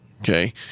Okay